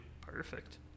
Perfect